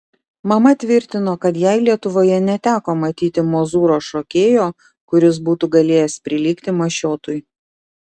mama tvirtino kad jai lietuvoje neteko matyti mozūro šokėjo kuris būtų galėjęs prilygti mašiotui